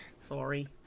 Sorry